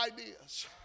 ideas